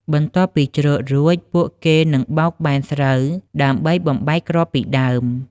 បន្ទាប់ពីច្រូតរួច ពួកគេនឹងបោកបែនស្រូវ ដើម្បីបំបែកគ្រាប់ពីដើម។